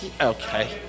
Okay